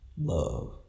love